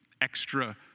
extra